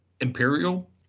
Imperial